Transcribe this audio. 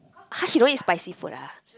!huh! she don't eat spicy food ah